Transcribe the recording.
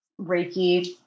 Reiki